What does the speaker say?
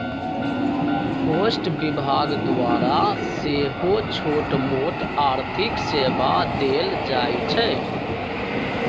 post विभाग द्वारा सेहो छोटमोट आर्थिक सेवा देल जाइ छइ